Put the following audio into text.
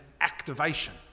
activation